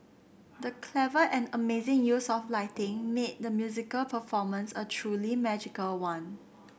the clever and amazing use of lighting made the musical performance a truly magical one